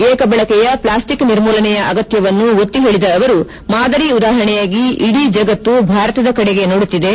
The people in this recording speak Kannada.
ಏಕಬಳಕೆಯ ಪ್ಲಾಸ್ಟಿಕ್ ನಿರ್ಮೂಲನೆಯ ಅಗತ್ಯವನ್ನು ಒತ್ತಿ ಹೇಳಿದ ಅವರು ಮಾದರಿ ಉದಾಪರಣೆಯಾಗಿ ಇಡೀ ಜಗತ್ತು ಭಾರತದ ಕಡೆಗೆ ನೋಡುತ್ತಿದೆ